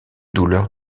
douleurs